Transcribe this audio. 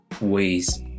ways